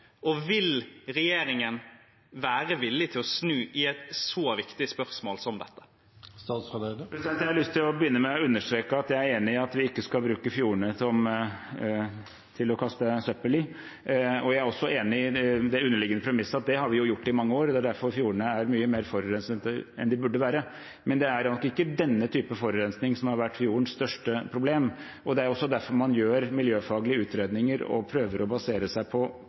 i et så viktig spørsmål som dette? Jeg har lyst til å begynne med å understreke at jeg er enig i at vi ikke skal bruke fjordene til å kaste søppel i, og jeg er også enig i det underliggende premisset – at det har vi jo gjort i mange år. Det er derfor fjordene er mye mer forurenset enn de burde være. Men det er nok ikke denne typen forurensing som har vært fjordens største problem, og det er også derfor man gjør miljøfaglige utredninger og prøver å basere seg på